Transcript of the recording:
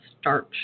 starch